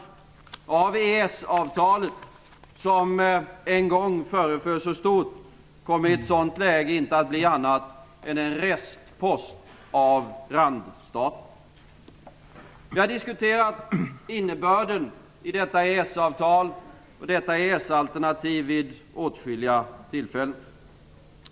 Av EES-avtalet, som en gång föreföll så stort, kommer i ett sådant läge inte att bli annat än en restpost av randstater. Vi har diskuterat innebörden i detta EES-avtal och detta EES-alternativ vid åtskilliga tillfällen.